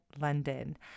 London